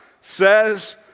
says